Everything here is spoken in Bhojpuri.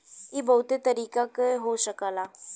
इ बहुते तरीके क हो सकला